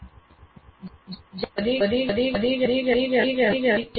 coaching અથવા tutoring અથવા સંકેતો આપવા અને આ પ્રકારે શીખવામાં સુધારો થઈ શકે છે